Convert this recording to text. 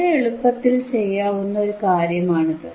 വളരെ എളുപ്പത്തിൽ ചെയ്യാവുന്ന ഒരു കാര്യമാണ് ഇത്